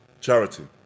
charity